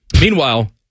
Meanwhile